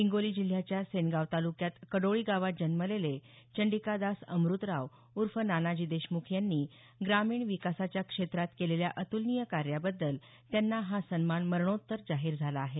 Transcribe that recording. हिंगोली जिल्ह्याच्या सेनगाव ताल्क्यात कडोळी गावात जन्मलेले चंडिकादास अमुतराव उर्फ नानाजी देशमुख यांनी ग्रामीण विकासाच्या क्षेत्रात केलेल्या अतुलनीय कार्याबद्दल त्यांना हा सन्मान मरणोत्तर जाहीर झाला आहे